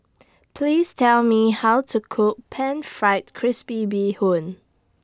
Please Tell Me How to Cook Pan Fried Crispy Bee Hoon